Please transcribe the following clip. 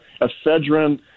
Ephedrine